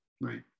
right